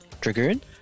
Dragoon